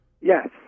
Yes